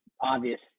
obvious